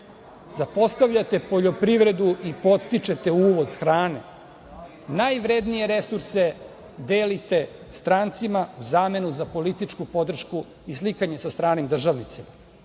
Zapostavljate poljoprivredu i podstičete uvoz hrane. Najvrednije resurse delite strancima u zamenu za političku podršku i slikanje sa stranim državnicima,